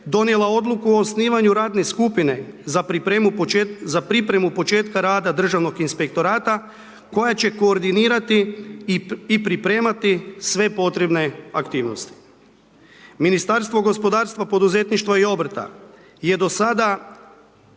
donijela odluku o osnivanju radne skupine za pripremu početka rada Državnog inspektorata koja će koordinirati i pripremati sve potrebne aktivnosti. Ministarstvo gospodarstva, poduzetništva i obrta je do sada